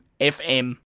FM